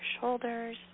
shoulders